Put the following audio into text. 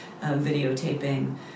videotaping